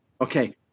Okay